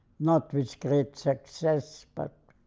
not with great success, but.